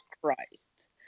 Christ